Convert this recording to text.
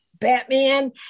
Batman